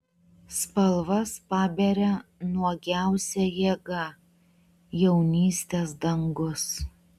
spalvas paberia nuogiausia jėga jaunystės dangus